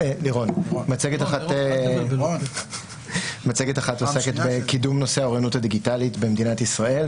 מצגת אחת עוסקת בקידום נושא האוריינות הדיגיטלית במדינת ישראל,